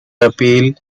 appeal